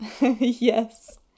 Yes